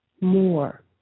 more